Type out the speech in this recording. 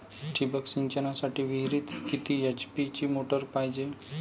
ठिबक सिंचनासाठी विहिरीत किती एच.पी ची मोटार पायजे?